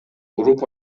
уруп